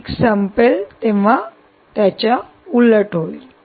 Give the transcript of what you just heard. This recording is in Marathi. पीक संपेल तेव्हा उलट होईल